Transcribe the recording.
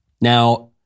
Now